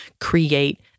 create